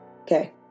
Okay